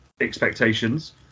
Expectations